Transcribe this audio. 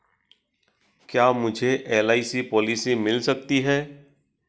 क्या मुझे LIC policy मिल सकती है?